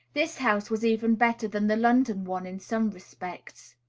this house was even better than the london one in some respects.